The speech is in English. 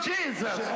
Jesus